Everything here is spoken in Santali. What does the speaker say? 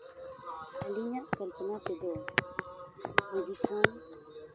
ᱟᱹᱞᱤᱧᱟᱜ ᱠᱚᱞᱯᱚᱱᱟ ᱛᱮᱫᱚ ᱢᱟ ᱡᱷᱤ ᱛᱷᱟᱱ